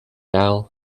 aisle